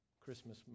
Christmas